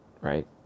right